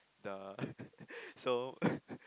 the so